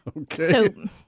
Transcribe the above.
Okay